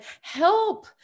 help